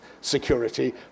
security